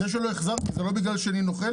זה שלא החזרתי זה לא בגלל שאני נוכל